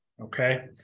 Okay